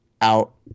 out